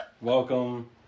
Welcome